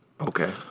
okay